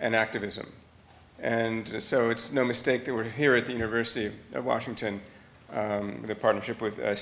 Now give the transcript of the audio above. and activism and so it's no mistake there we're here at the university of washington with a partnership with